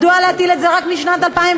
מדוע להטיל את זה רק משנת 2014?